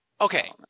okay